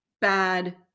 bad